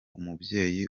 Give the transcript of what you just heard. umubyeyi